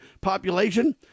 population